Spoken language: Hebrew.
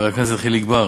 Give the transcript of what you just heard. חבר הכנסת חיליק בר,